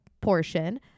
portion